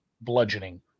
bludgeoning